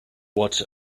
what